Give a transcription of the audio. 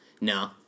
No